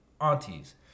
aunties